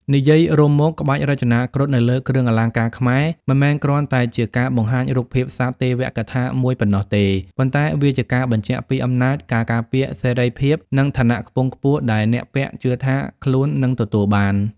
និយាយរួមមក ក្បាច់រចនាគ្រុឌនៅលើគ្រឿងអលង្ការខ្មែរ មិនមែនគ្រាន់តែជាការបង្ហាញរូបភាពសត្វទេវកថាមួយប៉ុណ្ណោះទេ ប៉ុន្តែវាជាការបញ្ជាក់ពី អំណាច ការការពារ សេរីភាព និង ឋានៈខ្ពង់ខ្ពស់ ដែលអ្នកពាក់ជឿថាខ្លួននឹងទទួលបាន។